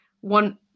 one